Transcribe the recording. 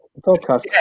Podcast